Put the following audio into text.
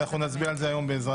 אני אקרא את ההצעה.